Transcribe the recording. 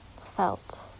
felt